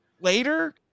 later